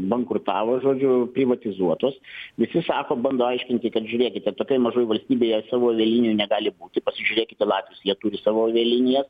bankrutavo žodžiu privatizuotos visi sako bando aiškinti kad žiūrėkite tokioj mažoj valstybėje savo avialinijų negali būti pasižiūrėkit į latvius jie turi savo avialinijas